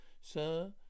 sir